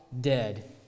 dead